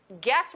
Guess